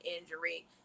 injury